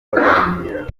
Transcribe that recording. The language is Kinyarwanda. baganira